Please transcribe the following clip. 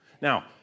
Now